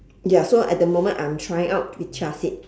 ya so at the moment I'm trying out with chia seed